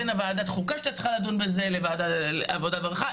בין ועדת החוקה שהייתה צריכה לדון בזה לבין ועדת העבודה והרווחה,